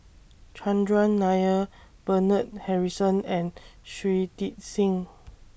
Chandran Nair Bernard Harrison and Shui Tit Sing